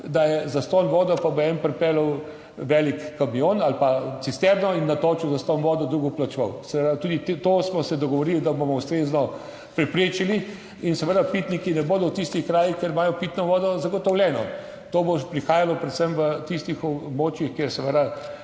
da je zastonj voda, pa bo en pripeljal velik kamion ali pa cisterno in natočil zastonj vodo, drug bo plačeval. Seveda, tudi to smo se dogovorili, da bomo ustrezno preprečili in seveda pitniki ne bodo v tistih krajih, kjer imajo pitno vodo zagotovljeno. To bo prihajalo predvsem v tistih območjih, kjer seveda